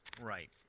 Right